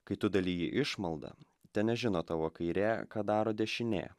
kai tu daliji išmaldą te nežino tavo kairė ką daro dešinė